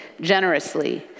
generously